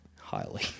highly